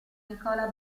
nicola